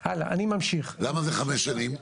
למה זה חמש שנים?